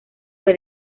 fue